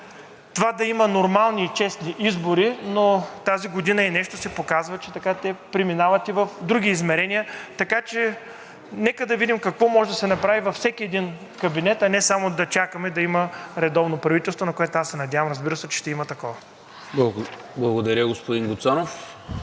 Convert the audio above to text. това да има нормални и честни избори, но тази година и нещо показва, че те преминават и в други измерения. Така че нека да видим какво може да се направи във всеки един кабинет, а не само да чакаме да има редовно правителство, на което се надявам, разбира се, че ще има такова. ПРЕДСЕДАТЕЛ НИКОЛА